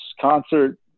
concert